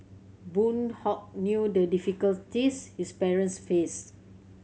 Boon Hock knew the difficulties his parents faced